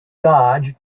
dodge